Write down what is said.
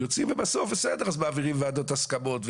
בסוף מעבירים ועדות הסכמות,